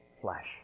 flesh